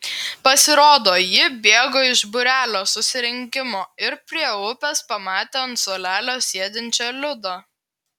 pasirodo ji bėgo iš būrelio susirinkimo ir prie upės pamatė ant suolelio sėdinčią liudą